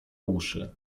uszy